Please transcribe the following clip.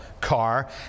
car